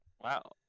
Wow